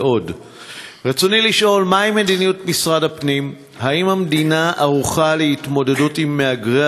רצוני לשאול: 1. מה היא מדיניות משרד הפנים,